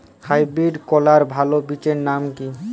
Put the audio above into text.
Hybrid করলার ভালো বীজের নাম কি?